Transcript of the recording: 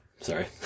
sorry